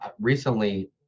recently